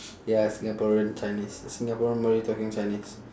ya singaporean chinese singaporean malay talking chinese